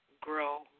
grow